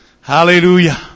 Hallelujah